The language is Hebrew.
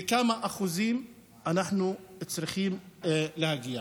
לכמה אחוזים אנחנו צריכים להגיע.